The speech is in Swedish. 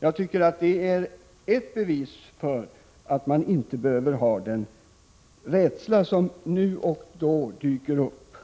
jag tycker att det är ett bevis för att man inte behöver känna den rädsla som nu och då dyker upp.